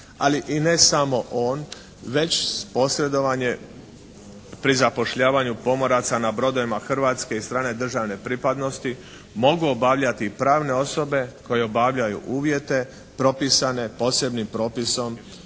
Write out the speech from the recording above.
Ali i ne samo on već posredovanje pri zapošljavanju pomoraca na brodovima hrvatske i strane državne pripadnosti mogu obavljati pravne osobe koje obavljaju uvjete propisane posebnim propisom